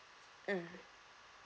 um